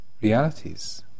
realities